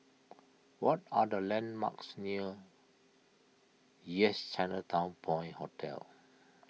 what are the landmarks near Yes Chinatown Point Hotel